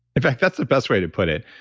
in fact, that's the best way to put it.